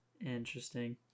Interesting